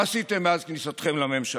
מה עשיתם מאז כניסתכם לממשלה?